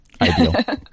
Ideal